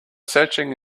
searching